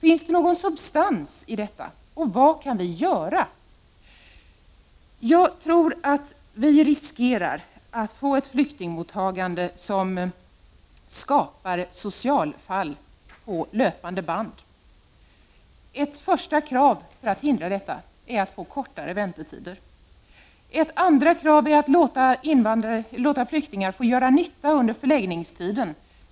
Finns det någon substans i detta, och vad kan vi göra? Jag tror att vi riskerar att få ett flyktingmottagande som skapar socialfall på löpande band. Ett första krav för att hindra detta är att få kortare väntetider. Ett andra krav är att låta flyktingarna får göra nytta under förläggningstiden.